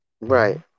Right